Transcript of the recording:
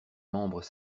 membres